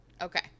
Okay